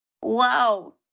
Whoa